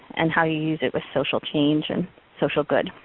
and how you use it with social change, and social good.